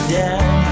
down